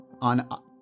on